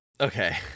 Okay